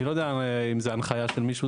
אני לא יודע אם זה הנחייה של מישהו,